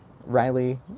Riley